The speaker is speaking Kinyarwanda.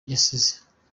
yasize